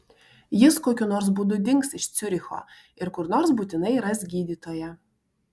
jis kokiu nors būdu dings iš ciuricho ir kur nors būtinai ras gydytoją